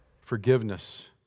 forgiveness